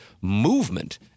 movement